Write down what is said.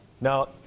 Now